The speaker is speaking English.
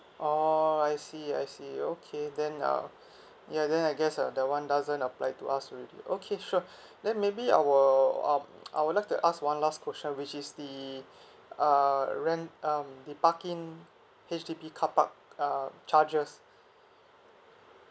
oh I see I see okay then uh yeah then I guess uh that one doesn't apply to us already okay sure then maybe I would um I would like to ask one last question which is the uh rent um the parking H_D_B car park uh charges